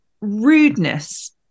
rudeness